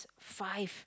five